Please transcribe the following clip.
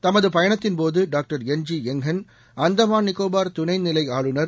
தமது பயணத்தின்போது doctor Ng Eng Hen Andaman Nicobar துணைநிலை ஆளுநர்